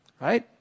right